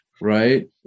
right